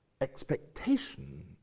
expectation